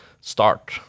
start